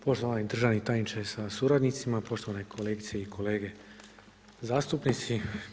Poštovani državni tajniče sa suradnicima, poštovane kolegice i kolege zastupnici.